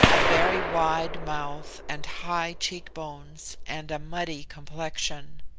a very wide mouth and high cheekbones, and a muddy complexion.